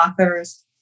authors